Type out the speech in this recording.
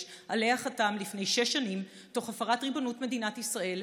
שעליה חתם לפני שש שנים תוך הפרת ריבונות מדינת ישראל,